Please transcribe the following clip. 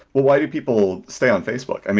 why do people stay on facebook?